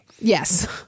Yes